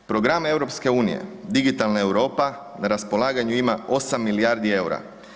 Program EU „Digitalna Europa“ na raspolaganju ima 8 milijardi EUR-a.